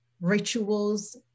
rituals